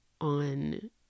on